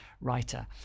writer